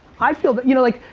i feel that, you know like,